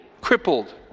crippled